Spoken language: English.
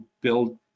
build